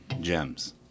gems